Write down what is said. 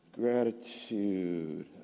Gratitude